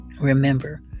Remember